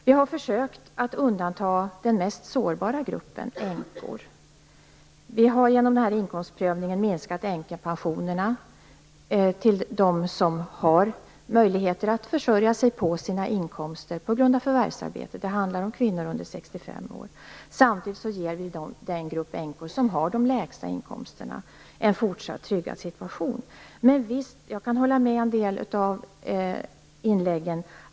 Vi har försökt att undanta den mest sårbara gruppen av änkor. Genom inkomstprövningen har änkepensionerna minskats för dem som har möjligheter att försörja sig på sina inkomster på grund av förvärvsarbete. Det handlar om kvinnor under 65 år. Samtidigt ger vi den grupp änkor som har de lägsta inkomsterna en fortsatt tryggad situation. Men visst kan jag hålla med om en del av inläggen.